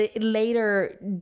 later